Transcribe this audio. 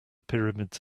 pyramids